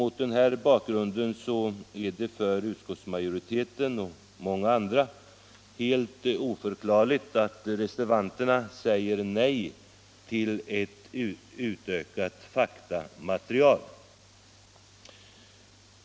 Mot denna bakgrund är det för utskottsmajoriteten och många andra helt oförklarligt att reservanterna säger nej till ett utökat faktamaterial.